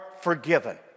forgiven